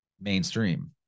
mainstream